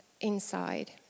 inside